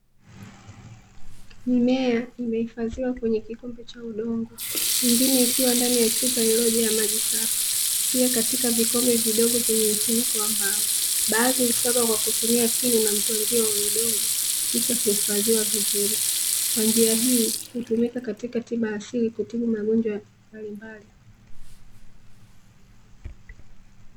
Mimea imehifadhiwa kwenye kikapu cha udongo mimngine ikiwa ndani ya chupa iliyo jaa maji safi, pia katika vikombe vidogo vyenye mfuniko wa mbao, baazi husagwa kwa kutumia kinu na mtwangio wa udongo kisha kuhifadhiwa vizuri, kwanjia hii hutumika katika tiba asili kutibu magonjwa mbalimbali.